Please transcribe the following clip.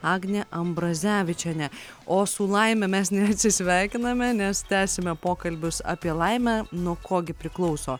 agnė ambrazevičienė o su laime mes neatsisveikiname nes tęsime pokalbius apie laimę ko gi priklauso